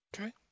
Okay